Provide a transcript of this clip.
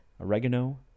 oregano